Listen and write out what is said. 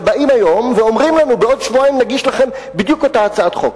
ובאים היום ואומרים: בעוד שבועיים נגיש לכם בדיוק אותה הצעת חוק.